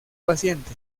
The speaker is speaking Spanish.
paciente